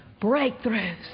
breakthroughs